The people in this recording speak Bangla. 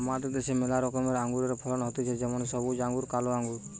আমাদের দ্যাশে ম্যালা রকমের আঙুরের ফলন হতিছে যেমন সবুজ আঙ্গুর, কালো আঙ্গুর